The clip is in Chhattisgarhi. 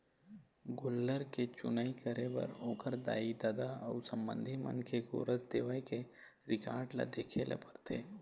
गोल्लर के चुनई करे बर ओखर दाई, ददा अउ संबंधी मन के गोरस देवई के रिकार्ड ल देखे ल परथे